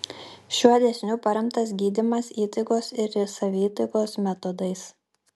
šiuo dėsniu paremtas gydymas įtaigos ir savitaigos metodais